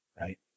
right